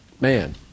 man